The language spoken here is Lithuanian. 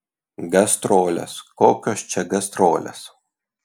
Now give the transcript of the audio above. gastrolės kokios čia gastrolės